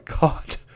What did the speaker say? god